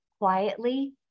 quietly